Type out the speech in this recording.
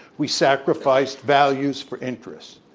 we sacrificed values for interests.